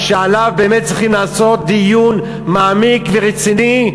שעליה באמת צריכים לעשות דיון מעמיק ורציני,